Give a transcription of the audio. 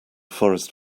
forest